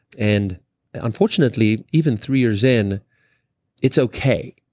and unfortunately, even three years in it's okay.